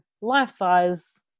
life-size